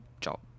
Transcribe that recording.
Job